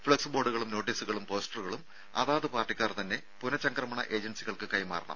flux ബോർഡുകളും നോട്ടീസുകളും പോസ്റ്ററുകളും അതാത് പാർട്ടിക്കാർ തന്നെ പുനചംക്രമണ ഏജൻസികൾക്ക് കൈമാറണം